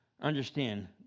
understand